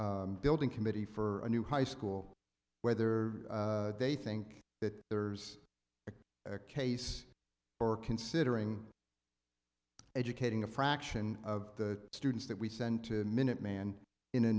new building committee for a new high school whether they think that there's a case or considering educating a fraction of the students that we send to minuteman in a